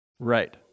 Right